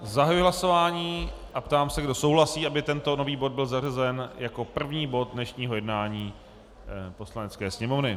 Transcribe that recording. Zahajuji hlasování a ptám se, kdo souhlasí, aby tento nový bod byl zařazen jako první bod dnešního jednání Poslanecké sněmovny.